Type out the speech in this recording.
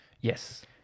Yes